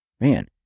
Man